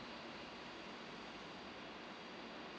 mm